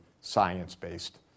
science-based